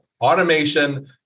automation